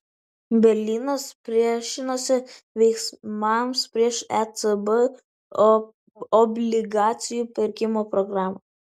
berlynas priešinosi veiksmams prieš ecb obligacijų pirkimo programą